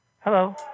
Hello